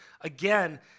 again